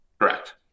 Correct